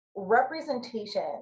representation